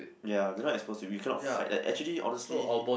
ya we not exposed to we cannot fight like actually honestly